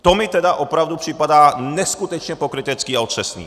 To mi tedy opravdu připadá neskutečně pokrytecký a otřesný!